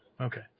okay